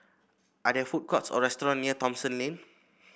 are there food courts or restaurant near Thomson Lane